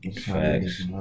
Facts